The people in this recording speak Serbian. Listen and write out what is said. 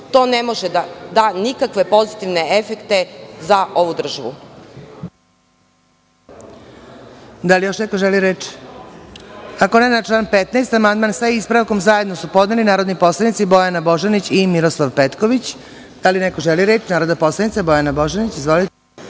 To ne može da da nikakve pozitivne efekte za ovu državu.